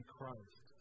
Christ